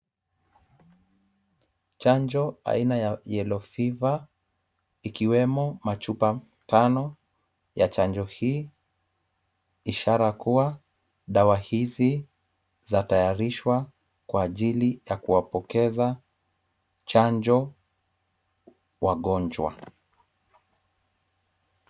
Chanjo aina ya yellow fever ikiwemo machupa tano ya chanjo hii, ishara kuwa dawa hizi zatayarishwa kwa ajili ya kuwapokeza chanjo, wagonjwa.